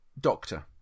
doctor